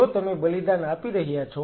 જો તમે બલિદાન આપી રહ્યા છો